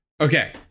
Okay